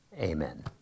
Amen